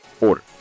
order